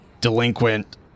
Delinquent